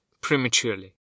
prematurely